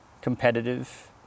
competitive